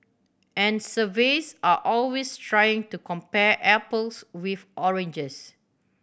and surveys are always trying to compare apples with oranges